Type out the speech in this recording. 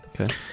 Okay